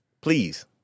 please